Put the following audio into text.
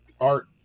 art